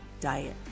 Diet